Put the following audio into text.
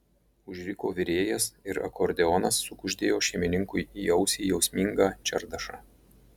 užriko virėjas ir akordeonas sukuždėjo šeimininkui į ausį jausmingą čardašą